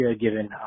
given